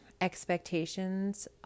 expectations